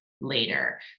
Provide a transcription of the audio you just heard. later